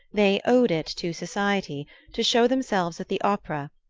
they owed it to society to show themselves at the opera,